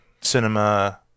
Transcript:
Cinema